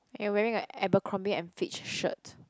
you're wearing a Abercrombie and Fitch shirt